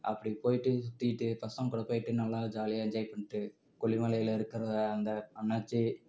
அப்படி போயிவிட்டு சுற்றிட்டு பசங்ககூட போயிவிட்டு நல்லா ஜாலியாக என்ஜாய் பண்ணிட்டு கொல்லிமலையில் இருக்கிற அந்த அன்னாச்சி